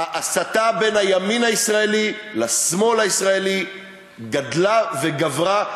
ההסתה בין הימין הישראלי לשמאל הישראלי גדלה וגברה,